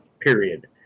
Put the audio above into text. period